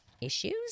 issues